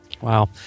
Wow